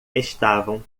estavam